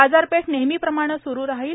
बाजारपेठ नेहमीप्रमाणे स्रु राहतील